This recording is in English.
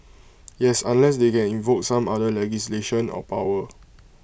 yes unless they can invoke some other legislation or power